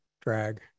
drag